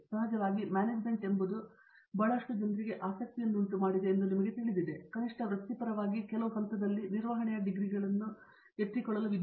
ಮತ್ತು ಸಹಜವಾಗಿ ಮ್ಯಾನೇಜ್ಮೆಂಟ್ ಎನ್ನುವುದು ನಿಮಗೆ ಬಹಳಷ್ಟು ಜನರಿಗೆ ಆಸಕ್ತಿಯನ್ನುಂಟುಮಾಡಿದೆ ಎಂದು ತಿಳಿದಿದೆ ಮತ್ತು ನೀವು ಕನಿಷ್ಠ ವೃತ್ತಿಪರವಾಗಿ ಕೆಲವು ಹಂತದಲ್ಲಿ ನಿರ್ವಹಣೆಯಲ್ಲಿ ಡಿಗ್ರಿಗಳನ್ನು ಎತ್ತಿಕೊಳ್ಳುವಿರಿ ಎಂಬುದು ನಿಮಗೆ ತಿಳಿದಿದೆ